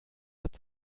hat